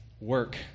work